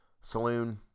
Saloon